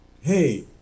Hey